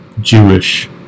Jewish